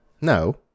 No